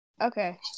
Okay